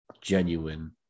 genuine